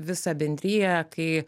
visą bendriją kai